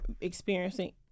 experiencing